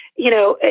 you know,